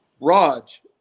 Raj